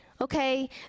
okay